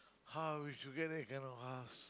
how we should get that kind of house